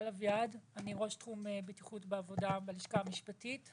אני ראש תחום בטיחות בעבודה בלשכה המשפטית.